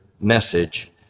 message